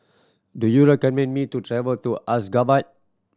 do you recommend me to travel to Ashgabat